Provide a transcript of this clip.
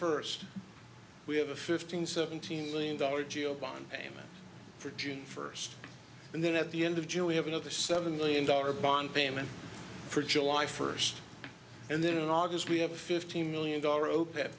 first we have a fifteen seventeen million dollar jail bond payment for june first and then at the end of june we have another seven million dollar bond payment for july first and then in august we have a fifteen million dollar o